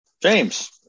James